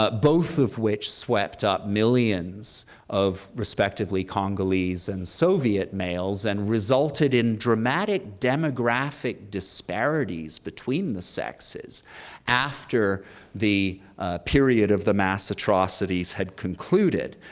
ah both of which swept up millions of respectively congolese and soviet males and resulted in dramatic demographic disparities between the sexes after the period of the mass atrocities had concluded.